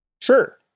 Sure